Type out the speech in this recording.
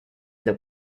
the